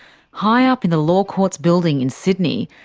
high up in the law courts building in sydney,